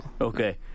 Okay